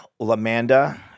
Lamanda